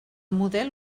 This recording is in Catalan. model